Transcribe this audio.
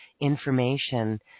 information